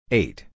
eight